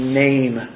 name